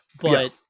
But-